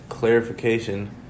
clarification